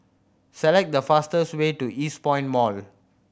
select the fastest way to Eastpoint Mall